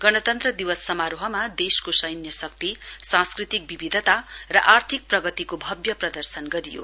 गणतन्त्र दिवस समारोहमा देशको सैन्य शक्ति सांस्कृतिक विविधता र आर्थिक प्रगतिको भब्य प्रदर्शन गरियो